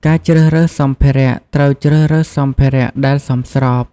ការជ្រើសរើសសម្ភារៈ ត្រូវជ្រើសរើសសម្ភារៈដែលសមស្រប។